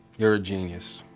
you're a genius.